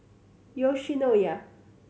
Yoshinoya